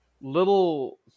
little